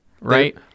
right